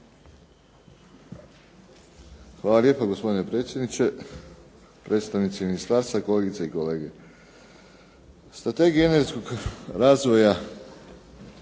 Hvala lijepa. Gospodine predsjedniče, predstavnici ministarstva, kolegice i kolege. Strategija energetskog razvoja